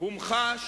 הומחש